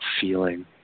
feeling